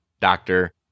doctor